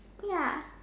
ya